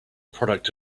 product